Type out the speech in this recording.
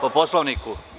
Po Poslovniku?